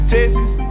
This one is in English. Texas